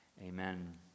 amen